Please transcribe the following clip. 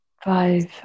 Five